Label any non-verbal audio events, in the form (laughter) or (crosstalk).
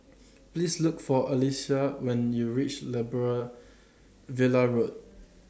Please Look For Alyssia when YOU REACH (unintelligible) Villa Road